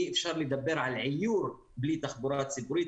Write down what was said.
אי אפשר לדבר על עיור בלי תחבורה ציבורית,